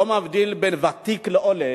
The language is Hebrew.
בין ותיק לעולה,